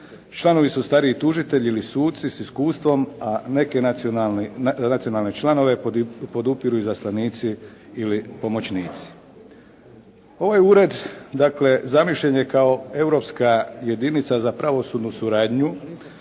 Članovi su stariji tužitelji ili suci s iskustvom, a neki nacionalni, nacionalne članove podupiru izaslanici ili pomoćnici. Ovaj ured dakle zamišljen je kao europska jedinica za pravosudnu suradnju